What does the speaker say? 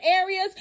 areas